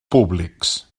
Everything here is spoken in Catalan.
públics